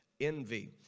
envy